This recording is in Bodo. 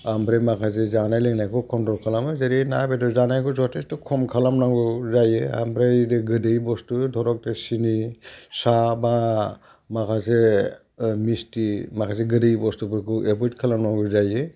ओमफ्राय माखासे जानाय लोंनायखौ कन्ट्र'ल खालामो जेरै ना बेदर जानायखौ जथेसथ' खम खालाम नांगौ जायो ओमफ्राय ओरै गोदै बुस्थु धरक बे सिनि साह बा माखासे मिस्थि माखासे गोदै बस्थुफोरखौ एभइड खालामनांगौ जायो